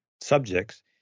subjects